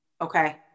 Okay